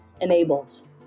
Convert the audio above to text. enables